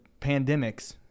pandemics